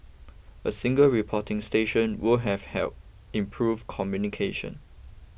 a single reporting station would have help improve communication